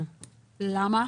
למה?